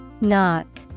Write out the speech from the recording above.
Knock